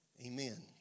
Amen